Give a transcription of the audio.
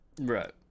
Right